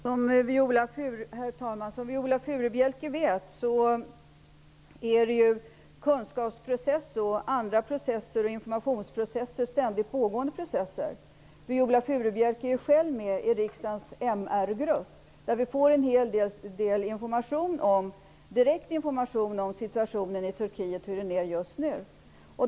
Herr talman! Som Viola Furubjelke vet är kunskaps och informationsprocesser ständigt pågående processer. Viola Furubjelke är själv med i riksdagens MR-grupp. Där får vi en hel del direktinformation om hur situationen i Turkiet är just nu.